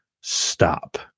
stop